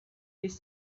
his